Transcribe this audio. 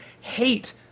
hate